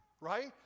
right